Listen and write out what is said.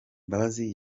mbabazi